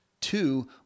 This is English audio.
two